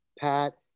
pat